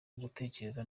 ugutekereza